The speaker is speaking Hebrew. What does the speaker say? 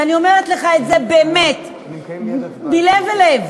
ואני אומרת לך את זה באמת מלב אל לב,